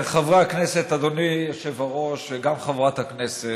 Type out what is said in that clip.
חברי הכנסת, אדוני היושב-ראש וגם חברת הכנסת,